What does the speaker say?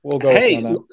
Hey